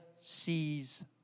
sees